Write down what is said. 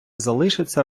залишаться